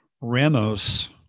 Ramos